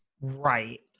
Right